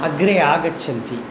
अग्रे आगच्छन्ति